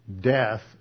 death